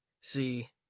See